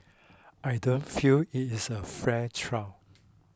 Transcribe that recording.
I don't feel it is a fair trial